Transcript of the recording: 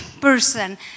person